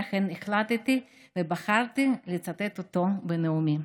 ולכן החלטתי ובחרתי לצטט אותו בנאומי.